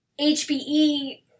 HBE